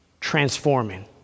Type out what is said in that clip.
transforming